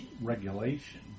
regulation